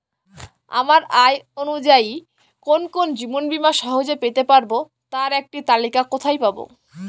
আমার আয় অনুযায়ী কোন কোন জীবন বীমা সহজে পেতে পারব তার একটি তালিকা কোথায় পাবো?